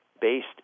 based